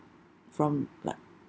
from like